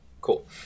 cool